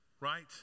right